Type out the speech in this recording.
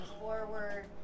forward